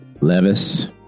Levis